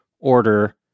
order